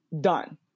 Done